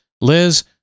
Liz